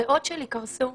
הריאות שלי קרסו,